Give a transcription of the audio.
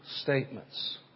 statements